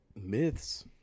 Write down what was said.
Myths